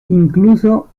incluso